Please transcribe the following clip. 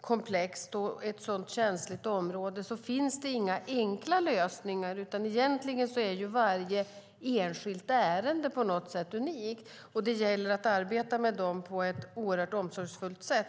komplext och känsligt område finns det inga enkla lösningar. Egentligen är varje enskilt ärende på något sätt unikt, och det gäller att arbeta med dem på ett oerhört omsorgsfullt sätt.